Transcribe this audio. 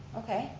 okay,